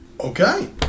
Okay